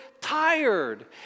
tired